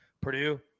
Purdue